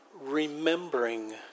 Remembering